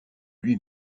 lui